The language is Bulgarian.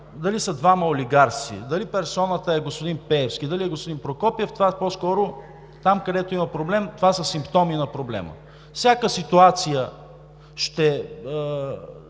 дали са двама олигарси, дали персоната е господин Пеевски, дали е господин Прокопиев – по-скоро там, където има проблем, това са симптоми на проблема. Всяка ситуация ще